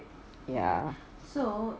ya